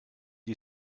you